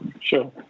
Sure